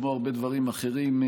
כמו הרבה דברים אחרים,